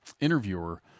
interviewer